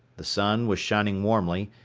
the sun was shining warmly,